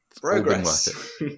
Progress